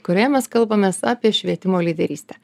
kurioje mes kalbamės apie švietimo lyderystę